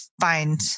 find